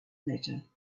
letter